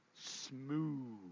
smooth